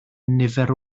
nifer